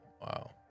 Wow